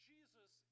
Jesus